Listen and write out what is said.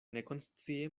nekonscie